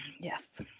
Yes